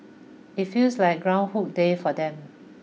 it feels like Groundhog Day for them